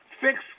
fix